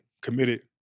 committed